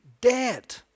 dead